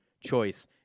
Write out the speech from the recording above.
choice